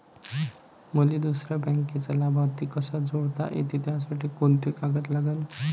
मले दुसऱ्या बँकेचा लाभार्थी कसा जोडता येते, त्यासाठी कोंते कागद लागन?